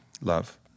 Love